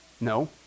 No